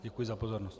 Děkuji za pozornost.